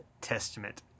Testament